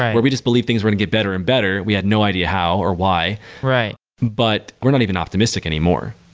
where we just believe things were going to get better and better. we had no idea how or why right, but we're not even optimistic anymore.